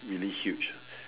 really huge